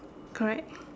correct